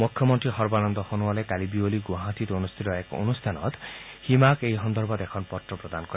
মুখ্যমন্ত্ৰী সৰ্বানন্দ সোণোৱালে কালি বিয়লি গুৱাহাটীত অনুষ্ঠিত এক অনুষ্ঠানত হিমাক এই সন্দৰ্ভত এখন পত্ৰ প্ৰদান কৰে